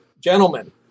Gentlemen